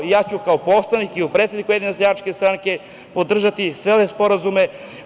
Ja ću kao poslanik, kao predsednik Ujedinjene seljačke stranke podržati sve ove sporazume.